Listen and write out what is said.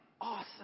awesome